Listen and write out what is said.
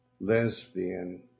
lesbian